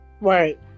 Right